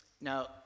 Now